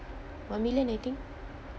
one million I think